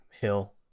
hill